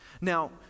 Now